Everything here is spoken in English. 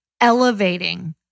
elevating